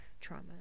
trauma